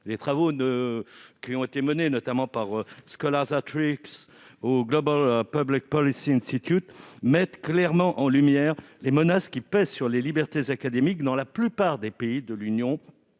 Les travaux menés par Scholars at Risk et le Global Public Policy Institute mettent clairement en lumière les menaces qui pèsent sur les libertés académiques dans la plupart des pays de l'Union,